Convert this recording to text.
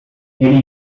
ele